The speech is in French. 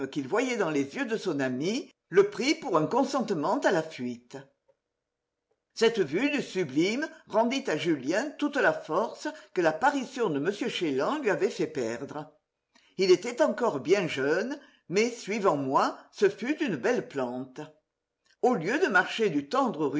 qu'il voyait dans les yeux de son ami le prit pour un consentement à la fuite cette vue du sublime rendit à julien toute la force que l'apparition de m chélan lui avait fait perdre il était encore bien jeune mais suivant moi ce tut une belle plante au lieu de marcher du tendre